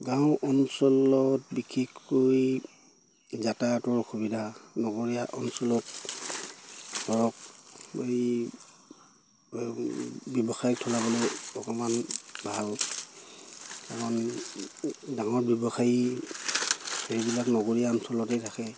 গাঁও অঞ্চলত বিশেষকৈ যাতায়াতৰ অসুবিধা নগৰীয়া অঞ্চলত ধৰক এই ব্যৱসায় চলাবলৈ অকণমান ভাল কাৰণ ডাঙৰ ব্যৱসায়ী সেইবিলাক নগৰীয়া অঞ্চলতেই থাকে